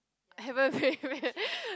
haven't bathe yet